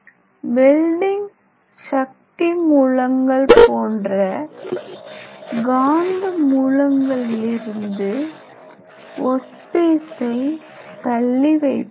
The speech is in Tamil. வெல்டிங் சக்தி மூலங்கள் போன்ற காந்த மூலங்களிலிருந்து ஒர்க் பீஸை தள்ளி வைப்பதால்